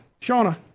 Shauna